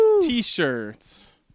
t-shirts